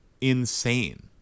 insane